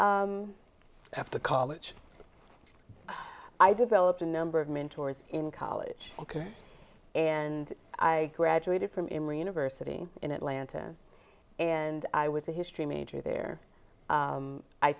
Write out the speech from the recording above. after college i developed a number of mentors in college ok and i graduated from him or university in atlanta and i was a history major there